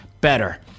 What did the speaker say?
better